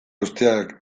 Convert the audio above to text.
guztiak